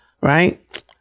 right